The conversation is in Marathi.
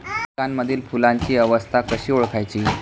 पिकांमधील फुलांची अवस्था कशी ओळखायची?